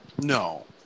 No